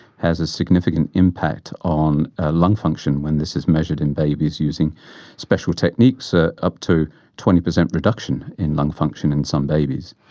has a significant impact on ah lung function. this is measured in babies using special techniques. ah up to twenty percent reduction in lung function in some babies.